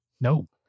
Nope